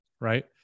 Right